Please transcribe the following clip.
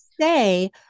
say